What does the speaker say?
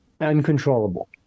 Uncontrollable